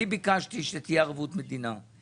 אני ביקשתי שתהיה ערבות מדינה.